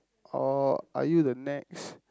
or are you the next